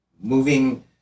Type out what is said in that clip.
moving